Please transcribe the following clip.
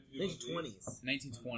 1920s